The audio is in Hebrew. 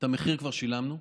ואת המחיר כבר שילמנו,